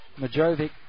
Majovic